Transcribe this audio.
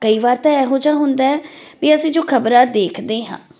ਕਈ ਵਾਰ ਤਾਂ ਇਹੋ ਜਿਹਾ ਹੁੰਦਾ ਵੀ ਅਸੀਂ ਜੋ ਖ਼ਬਰਾਂ ਦੇਖਦੇ ਹਾਂ